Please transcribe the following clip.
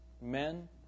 men